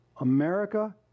America